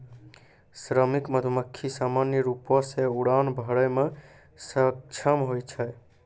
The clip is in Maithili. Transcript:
श्रमिक मधुमक्खी सामान्य रूपो सें उड़ान भरै म सक्षम होय छै